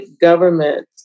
government